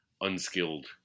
unskilled